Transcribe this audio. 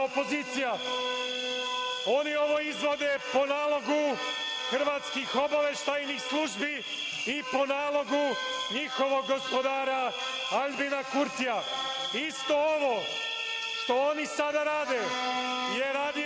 opozicija. Oni ovo izvode po nalogu hrvatskih obaveštajnih službi i po nalogu njihovog gospodara Aljbina Kurtija. Isto ovo što oni sada rada je radio